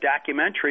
documentary